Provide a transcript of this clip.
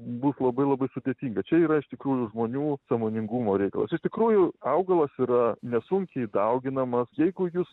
bus labai labai sudėtinga čia yra iš tikrųjų žmonių sąmoningumo reikalas iš tikrųjų augalas yra nesunkiai dauginamas jeigu jūs